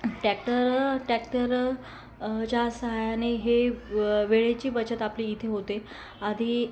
tractor टॅक्टरच्या सहाय्याने हे वेळेची बचत आपली इथे होते आधी